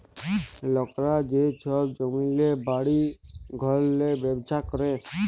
লকরা যে ছব জমিল্লে, বাড়ি ঘরেল্লে ব্যবছা ক্যরে